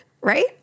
right